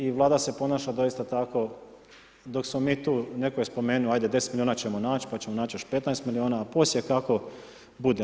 I Vlada se ponaša doista tako dok smo mi tu netko je spomenuo ajde 10 milijuna ćemo naći pa ćemo naći još 15 milijuna a poslije kako bude.